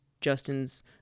Justin's